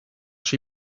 she